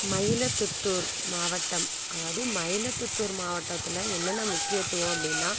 மயிலத்துத்தூர் மாவட்டம் அதாவது மயிலத்துத்தூர் மாவட்டத்தில் என்னென்ன முக்கியத்துவம் அப்படின்னா